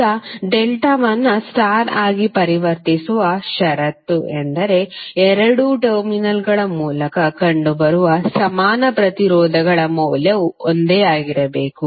ಈಗ ಡೆಲ್ಟಾವನ್ನು ಸ್ಟಾರ್ ಆಗಿ ಪರಿವರ್ತಿಸುವ ಷರತ್ತು ಎಂದರೆ ಎರಡೂ ಟರ್ಮಿನಲ್ಗಳ ಮೂಲಕ ಕಂಡುಬರುವ ಸಮಾನ ಪ್ರತಿರೋಧಗಳ ಮೌಲ್ಯವು ಒಂದೇ ಆಗಿರಬೇಕು